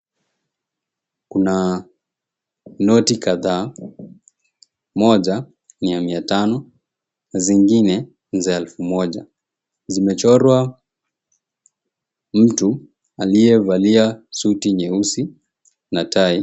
Kuna noti kadhaa. Moja ni ya mia tano, zingine ni za elfu moja. Zimechorwa mtu aliyevalia suti nyeusi na tai.